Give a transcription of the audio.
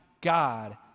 God